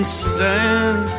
stand